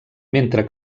mentre